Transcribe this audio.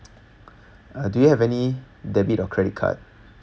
uh do you have any debit or credit card